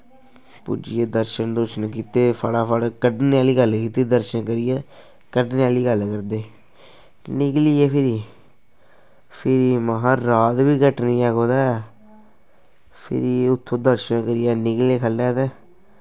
पुज्जी गे दर्शन दुर्शन कीते फटाफट कड्डने आह्ली गल्ल कीती दर्शन करियै कड्डने आह्ली गल्ल करदे निकली गे फिरी फिर महां रात बी कट्टनी ऐ कुदै फिर उत्थूं दर्शन करियै निकले ख'ल्लै ते